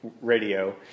radio